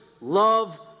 love